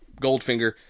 Goldfinger